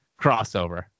crossover